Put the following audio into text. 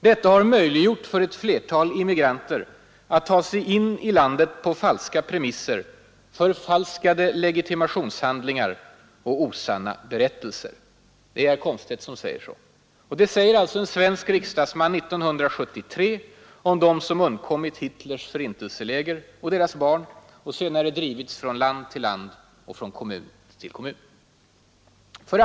Detta har möjliggjort för ett flertal immigranter att ta sig in i landet på falska premisser, förfalskade legitimationshandlingar och osanna berättelser.” Detta säger alltså en svensk riksdagsman 1973 om dem som undkommit Hitlers förintelseläger — och om deras barn — och senare drivits från land till land och från kommun till kommun. 2.